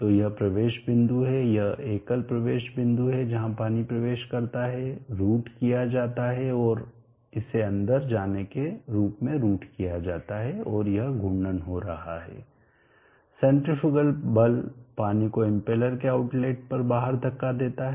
तो यह प्रवेश बिंदु है यह एकल प्रवेश बिंदु है जहां पानी प्रवेश करता है रूट किया जाता है और इसे अंदर जाने के रूप में रूट किया जाता है और यह घूर्णन हो रहा है सेन्ट्रीफ्यूगल बल पानी को इम्पेलर के आउटलेट पर बाहर धक्का देता है